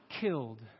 Killed